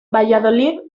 valladolid